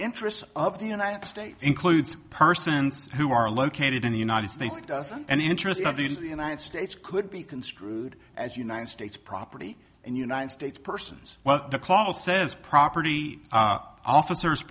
interest of the united states includes persons who are located in the united states it doesn't and interests of the united states could be construed as united states property and united states persons well the call says property officers